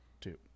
two